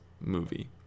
movie